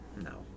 no